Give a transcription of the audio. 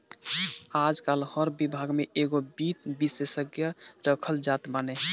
आजकाल हर विभाग में एगो वित्त विशेषज्ञ रखल जात बाने